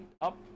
up